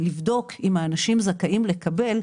לבדוק אם האנשים זכאים לקבל,